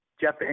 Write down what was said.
Jeff